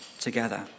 together